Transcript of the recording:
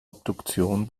obduktion